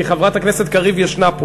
כי חברת הכנסת קריב נמצאת פה,